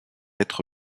être